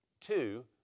Two